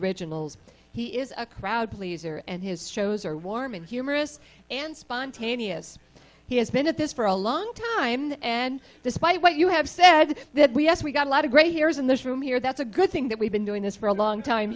originals he is a crowd pleaser and his shows are warm and humorous and spontaneous he has been at this for a long time and despite what you have said that we as we've got a lot of great years in this room here that's a good thing that we've been doing this for a long time